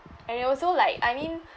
and it also like I mean